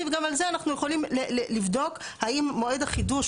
וגם על זה אנחנו יכולים לבדוק האם מועד החידוש,